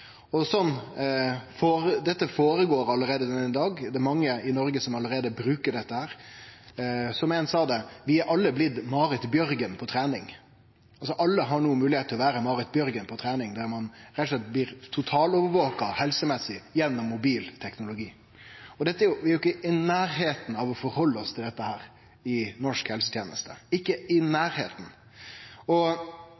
mange i Noreg som allereie bruker dette. Som éin sa det: Vi er alle blitt Marit Bjørgen på trening. Alle har altså no moglegheit til å vere Marit Bjørgen på trening, der ein rett og slett blir totalovervaka helsemessig gjennom mobil teknologi. Vi er ikkje i nærleiken av å ta stilling til dette i norsk helseteneste – ikkje i